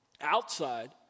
outside